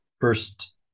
first